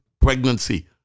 pregnancy